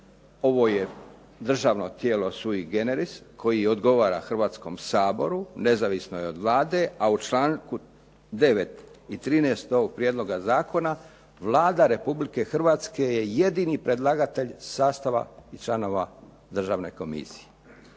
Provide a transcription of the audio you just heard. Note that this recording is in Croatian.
ovo je državno tijelo sui generis koji odgovara Hrvatskom saboru nezavisno i od Vlade, a u članku 9. i 13. ovog prijedlog zakona Vlada Republike Hrvatske je jedini predlagatelj sastava i članova državne komisije.